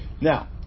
now